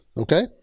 Okay